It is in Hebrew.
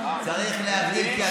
צריך להגדיל, פי שישה.